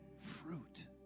fruit